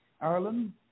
Ireland